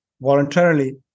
voluntarily